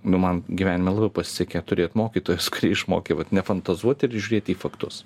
nu man gyvenime labai pasisekė turėt mokytojus išmokė vat nefantazuoti ir žiūrėti į faktus